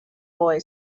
boy